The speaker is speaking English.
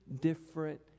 different